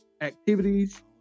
activities